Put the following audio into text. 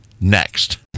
next